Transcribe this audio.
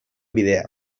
bidea